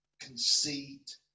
conceit